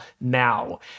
now